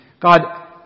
God